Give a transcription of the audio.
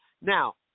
now